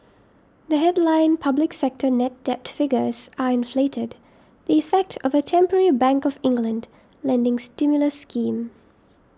the headline public sector net debt figures are inflated the effect of a temporary Bank of England lending stimulus scheme